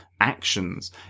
actions